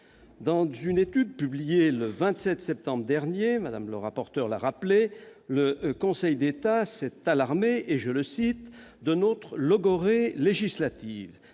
Dans une étude publiée le 27 septembre dernier, comme Mme la rapporteur l'a rappelé, le Conseil d'État s'est alarmé de notre « logorrhée législative »,